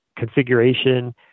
configuration